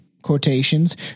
Quotations